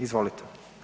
Izvolite.